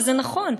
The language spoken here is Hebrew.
וזה נכון,